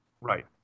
Right